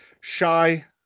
shy